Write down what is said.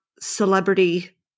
celebrity